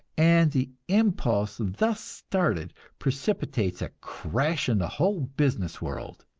and the impulse thus started precipitates a crash in the whole business world.